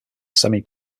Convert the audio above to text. semi